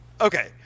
Okay